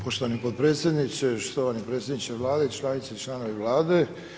Poštovani potpredsjedniče, štovani predsjedniče Vlade i članice i članovi Vlade.